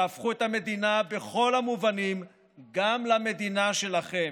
תהפכו את המדינה בכל המובנים גם למדינה שלכם.